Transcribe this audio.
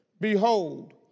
Behold